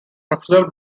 professor